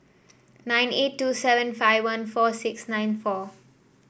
nine eight two seven five one four six nine four